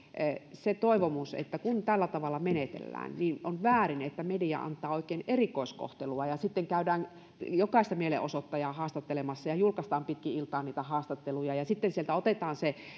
se toivomus että kun tällä tavalla menetellään niin on väärin että media antaa oikein erikoiskohtelua käydään jokaista mielenosoittajaa haastattelemassa julkaistaan pitkin iltaa niitä haastatteluja ja sitten sieltä otetaan